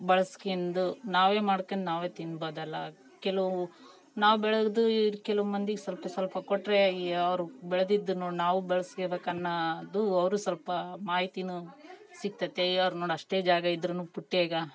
ಬಳಸ್ಕೊಂದು ನಾವೇ ಮಾಡ್ಕೇಂಡು ನಾವೇ ತಿನ್ಬೋದು ಅಲಾ ಕೆಲವೂ ನಾವು ಬೆಳೆದು ಇದು ಕೆಲವು ಮಂದಿಗೆ ಸ್ವಲ್ಪ ಸ್ವಲ್ಪ ಕೊಟ್ಟರೆ ಈ ಅವರು ಬೆಳೆದಿದ್ದು ನೋಡಿ ನಾವು ಬೆಳೆಸ್ಕೋಬೇಕ್ ಅನ್ನೋದು ಅವರು ಸ್ವಲ್ಪ ಮಾಹಿತಿ ಸಿಗ್ತತೆ ಅವ್ರು ನೋಡು ಅಷ್ಟೇ ಜಾಗ ಇದ್ರೂ ಪುಟ್ಯಾಗ